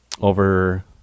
over